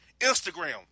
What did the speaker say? Instagram